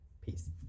Peace